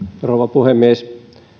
puhemies